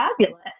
fabulous